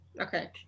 okay